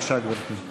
בבקשה, גברתי.